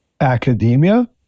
academia